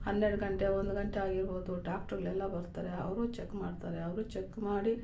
ಹನ್ನೆರ್ಡು ಗಂಟೆ ಒಂದು ಗಂಟೆ ಆಗಿರ್ಬೋದು ಡಾಕ್ಟರ್ಗಳೆಲ್ಲ ಬರ್ತಾರೆ ಅವರೊ ಚಕ್ ಮಾಡ್ತಾರೆ ಅವರು ಚಕ್ ಮಾಡಿ